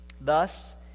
Thus